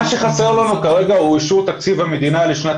מה שחסר לנו כרגע הוא אישור תקציב המדינה לשנת